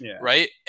right